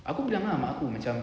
aku bilang ah mak aku macam